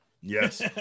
yes